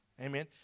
Amen